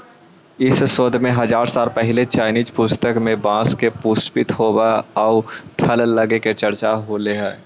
इस शोध में हजार साल पहिले चाइनीज पुस्तक में बाँस के पुष्पित होवे आउ फल लगे के चर्चा होले हइ